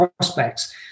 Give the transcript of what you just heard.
prospects